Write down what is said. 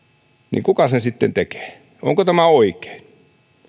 niin kuka sen sitten tekee onko tämä oikein